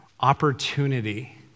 opportunity